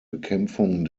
bekämpfung